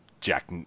jack